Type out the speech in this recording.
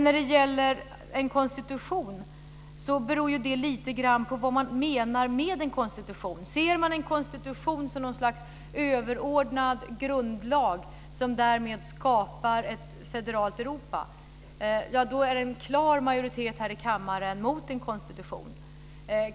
När det gäller frågan om man ska ha en konstitution tycker jag att det beror lite grann på vad man menar med en konstitution. Ser man en konstitution som något slags överordnad grundlag som skapar ett federalt Europa, är en klar majoritet här i kammaren emot en konstitution.